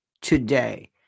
today